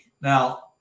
Now